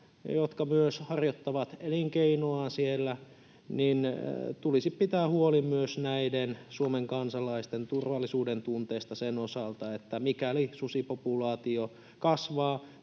jotka myös harjoittavat elinkeinoaan siellä. Ja tulisi pitää huoli myös näiden Suomen kansalaisten turvallisuudentunteesta sen osalta, että mikäli susipopulaatio kasvaa,